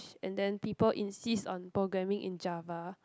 and then people insist on programming in Jawa